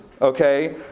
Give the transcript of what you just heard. okay